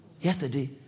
yesterday